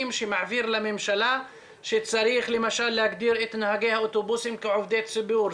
שמעביר לממשלה שצריך למשל להגדיר את נהגי האוטובוסים כעובדי ציבור,